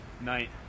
Night